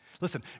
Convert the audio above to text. Listen